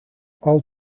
all